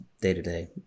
day-to-day